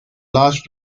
large